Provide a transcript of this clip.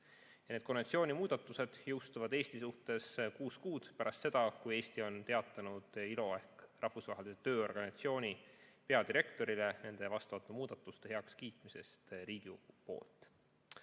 lahti. Need konventsiooni muudatused jõustuvad Eesti suhtes kuus kuud pärast seda, kui Eesti on teatanud ILO ehk Rahvusvahelise Tööorganisatsiooni peadirektorile nende vastavate muudatuste heakskiitmisest Riigikogus.